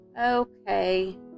Okay